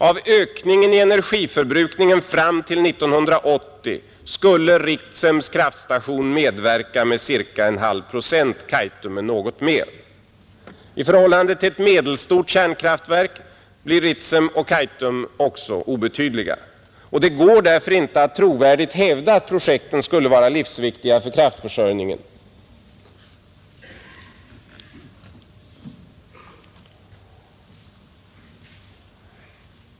Av ökningen i energiförbrukningen fram till 1980 skulle Ritsems kraftstation medverka med ca en halv procent, Kaitum med något mer. I förhållande till ett medelstort kärnkraftverk blir Ritsem och Kaitum också obetydliga. Det går därför inte att trovärdigt hävda att projekten skulle vara livsviktiga för kraftförsörjningen.